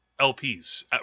LPs